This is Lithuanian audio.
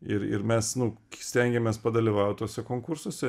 ir ir mes nu stengiamės padalyvaut tuose konkursuose